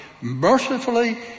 Mercifully